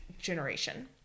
generation